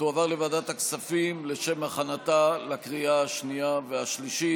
ותועבר לוועדת הכספים לשם הכנתה לקריאה השנייה והשלישית.